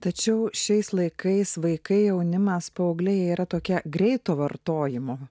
tačiau šiais laikais vaikai jaunimas paaugliai yra tokia greito vartojimo